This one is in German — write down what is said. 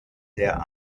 der